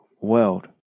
world